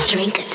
Drink